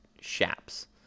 shaps